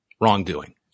wrongdoing